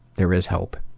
there is hope.